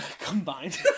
combined